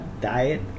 Diet